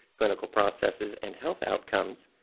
clinical processes and health outcomes,